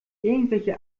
irgendwelche